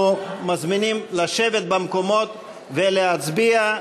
אנחנו מזמינים לשבת במקומות ולהצביע,